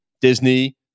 Disney